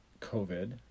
COVID